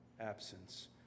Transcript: absence